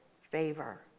favor